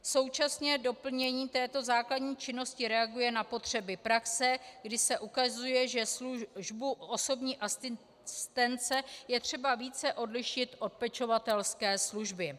Současně doplnění této základní činnosti reaguje na potřeby praxe, kdy se ukazuje, že službu osobní asistence je třeba více odlišit od pečovatelské služby.